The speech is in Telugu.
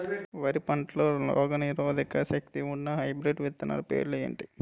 వరి పంటలో రోగనిరోదక శక్తి ఉన్న హైబ్రిడ్ విత్తనాలు పేర్లు ఏంటి?